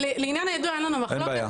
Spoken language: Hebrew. לעניין היידוע אין לנו מחלוקת.